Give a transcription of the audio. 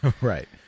Right